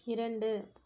இரண்டு